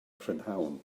prynhawn